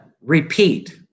repeat